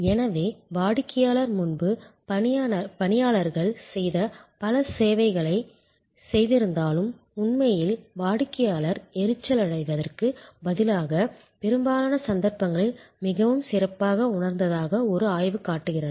எனவே வாடிக்கையாளர் முன்பு பணியாளர்கள் செய்த பல வேலைகளைச் செய்திருந்தாலும் உண்மையில் வாடிக்கையாளர் எரிச்சலடைவதற்குப் பதிலாக பெரும்பாலான சந்தர்ப்பங்களில் மிகவும் சிறப்பாக உணர்ந்ததாக ஒரு ஆய்வு காட்டுகிறது